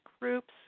groups